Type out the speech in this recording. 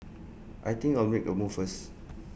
I think I'll make A move first